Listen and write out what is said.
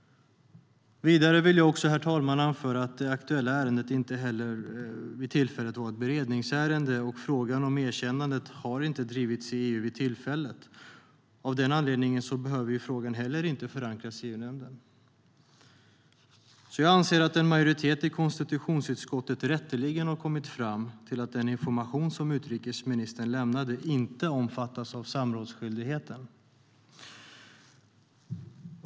Vidare vill jag också, herr talman, anföra att det aktuella ärendet inte vid tillfället var ett beredningsärende och att frågan om erkännandet inte drevs i EU vid tillfället. Av den anledningen behöver frågan heller inte förankras i EU-nämnden. Jag anser att en majoritet i konstitutionsutskottet rätteligen har kommit fram till att den information som utrikesministern lämnade inte omfattas av samrådsskyldigheten.